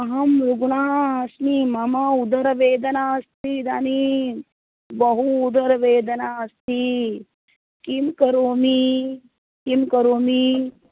अहं मेघना अस्मि मम उदरवेदना अस्ति इदानीं बहु उदरवेदना अस्ति किं करोमि किं करोमि